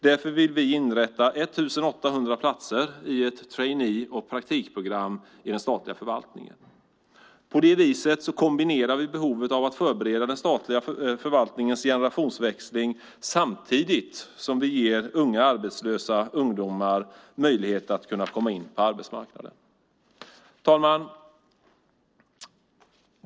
Därför vill vi inrätta 1 800 platser i ett trainee och praktikprogram i den statliga förvaltningen. På det viset kombinerar vi behovet av att förbereda den statliga förvaltningens generationsväxling med att ge unga arbetslösa möjlighet att komma in på arbetsmarknaden. Herr talman!